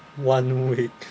one week